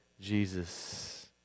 Jesus